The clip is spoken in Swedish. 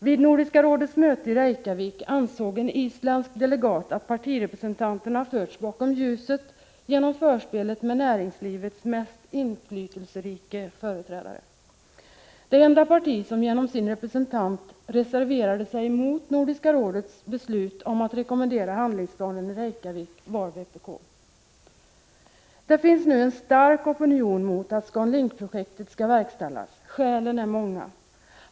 Vid Nordiska rådets möte i Reykjavik ansåg en isländsk delegat att partirepresentanterna har förts bakom ljuset genom förspelet med näringslivets mest inflytelserika företrädare. Det enda parti som genom sin representant reserverade sig mot Nordiska rådets beslut om att rekommendera handlingsplanen i Reykjavik var vpk. Det finns nu en stark opinion mot att Scandinavian Link-projektet skall verkställas. Skälen är många.